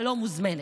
הלא-מוזמנת.